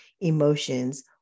emotions